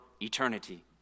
eternity